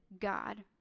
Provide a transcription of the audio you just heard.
God